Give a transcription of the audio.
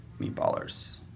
Meatballers